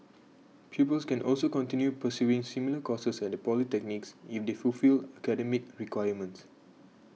pupils can also continue pursuing similar courses at the polytechnics if they fulfil academic requirements